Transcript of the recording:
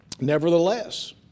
Nevertheless